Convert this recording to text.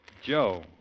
Joe